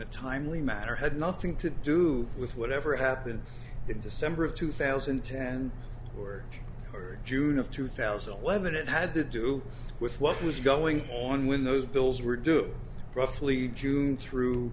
a timely manner had nothing to do with whatever happened in december of two thousand and ten or for june of two thousand and eleven it had to do with what was going on when those bills were due roughly june through